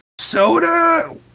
soda